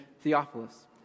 Theophilus